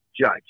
judge